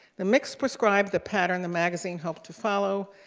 the mix prescribed the pattern the magazine hoped to follow,